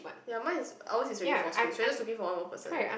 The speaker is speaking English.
ya mine is ours is already four screen so we just looking for one more person